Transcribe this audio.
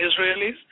Israelis